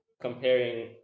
comparing